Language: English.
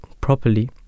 properly